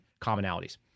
commonalities